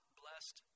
blessed